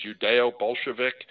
Judeo-Bolshevik